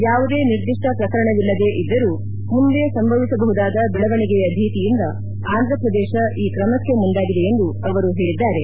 ಯಾವುದೇ ನಿರ್ದಿಷ್ಟ ಪ್ರಕರಣವಿಲ್ಲದೇ ಇದ್ದರು ಮುಂದೆ ಸಂಭವಿಸಬಹುದಾದ ಬೆಳವಣಿಗೆಯ ಭೀತಿಯಿಂದ ಆಂಧ್ರಪ್ರದೇಶ ಈ ಕ್ರಮಕ್ಕೆ ಮುಂದಾಗಿದೆ ಎಂದು ಅವರು ಹೇಳಿದ್ದಾರೆ